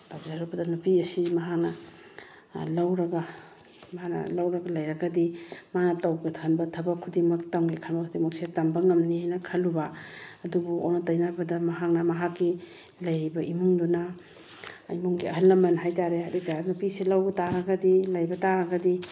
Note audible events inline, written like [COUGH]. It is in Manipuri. ꯇꯧꯖꯔꯨꯕꯗ ꯅꯨꯄꯤ ꯑꯁꯤ ꯃꯍꯥꯛꯅ ꯂꯧꯔꯒ ꯃꯥꯅ ꯂꯧꯔꯒ ꯂꯩꯔꯒꯗꯤ ꯃꯥꯅ ꯇꯧꯒꯦ ꯈꯟꯕ ꯊꯕꯛ ꯈꯨꯗꯤꯡꯃꯛ ꯇꯝꯒꯦ ꯈꯟꯕ ꯈꯨꯗꯤꯡꯃꯛꯁꯦ ꯇꯝꯕ ꯉꯝꯅꯦꯅ ꯈꯜꯂꯨꯕ ꯑꯗꯨꯕꯨ ꯑꯣꯟꯅ ꯇꯩꯅꯕꯗ ꯃꯍꯥꯛꯅ ꯃꯍꯥꯛꯀꯤ ꯂꯩꯔꯤꯕ ꯏꯃꯨꯡꯗꯨꯅ ꯏꯃꯨꯡꯒꯤ ꯑꯍꯜ ꯂꯃꯟ ꯍꯥꯏꯇꯥꯔꯦ [UNINTELLIGIBLE] ꯅꯨꯄꯤꯁꯦ ꯂꯧꯕ ꯇꯥꯔꯒꯗꯤ ꯂꯩꯕ ꯇꯥꯔꯒꯗꯤ